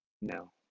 No